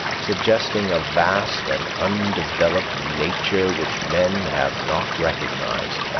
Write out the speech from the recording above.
suggesting a vast and undeveloped nature which men have not recognized.